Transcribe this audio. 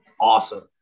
awesome